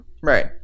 Right